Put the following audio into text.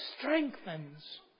strengthens